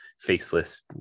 faceless